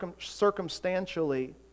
circumstantially